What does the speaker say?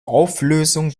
auflösung